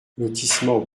lotissement